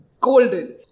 golden